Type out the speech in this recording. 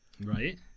Right